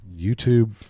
YouTube